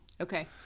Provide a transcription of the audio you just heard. Okay